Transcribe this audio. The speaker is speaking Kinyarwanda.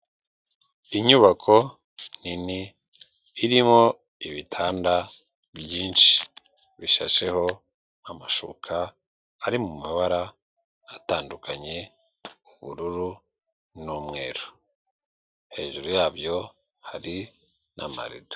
Inyubako nini, irimo ibitanda byinshi bishasheho amashuka ari mu mabara atandukanye, ubururu n'umweru hejuru yabyo hari n'amarido.